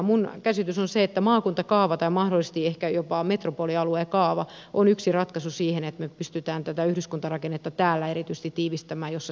minun käsitykseni on se että maakuntakaava tai mahdollisesti ehkä jopa metropolialueen kaava on yksi ratkaisu siihen että me pystymme tätä yhdyskuntarakennetta tiivistämään erityisesti täällä missä sitä massaa on